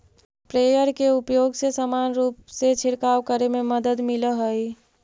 sprayer के उपयोग से समान रूप से छिडकाव करे में मदद मिलऽ हई